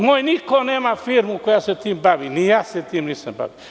Moj niko nema firmu koja se time bavi, ni ja se time nisam bavio.